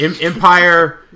empire